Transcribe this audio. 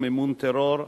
טרור,